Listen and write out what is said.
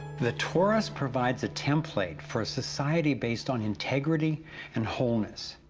the torus provides a template for a society based on integrity and wholeness.